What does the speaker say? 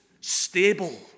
Stable